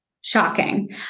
shocking